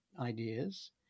ideas